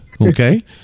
okay